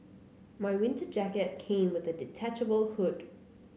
my winter jacket came with a detachable hood